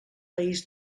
país